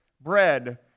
bread